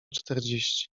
czterdzieści